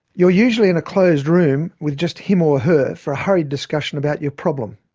you're usually in a closed room, with just him or her, for a hurried discussion about your problem.